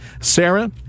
Sarah